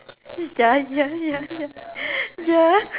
ya ya ya ya ya